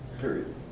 period